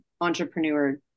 entrepreneur